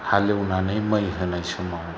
हालएवनानै मै होनाय समाव